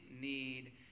need